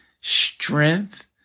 strength